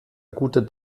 guter